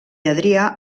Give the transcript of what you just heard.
adrià